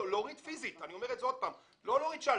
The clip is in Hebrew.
להוריד פיזית, אני אומר עוד פעם, לא להוריד שלטר,